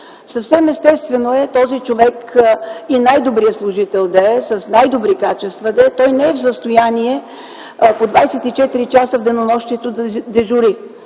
Съвсем естествено е този човек, и най-добрият служител да е, с най-добри качества да е, той не е в състояние по 24 часа в денонощието да дежури